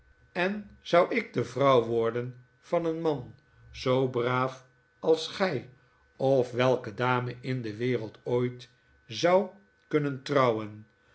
en zou ik de vrouw worden van een man zoo braaf als gij of welke dame in de wereld ooit zou kunnen trouwen